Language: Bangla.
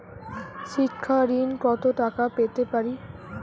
শিক্ষা ঋণ কত টাকা পেতে পারি?